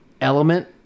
element